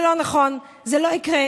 זה לא נכון, זה לא יקרה,